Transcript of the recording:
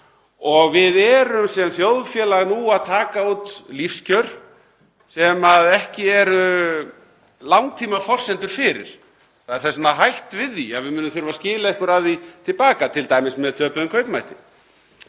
og við erum sem þjóðfélag nú að taka út lífskjör sem ekki eru langtímaforsendur fyrir. Það er þess vegna hætt við því að við munum þurfa að skila einhverju af því til baka, t.d. með töpuðum kaupmætti.